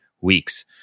weeks